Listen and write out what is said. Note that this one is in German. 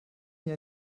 nie